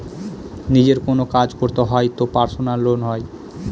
নিজের কোনো কাজ করতে হয় তো পার্সোনাল লোন হয়